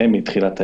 מתחילת האירוע.